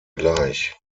gleich